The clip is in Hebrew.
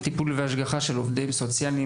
טיפול והשגחה של עובדים סוציאליים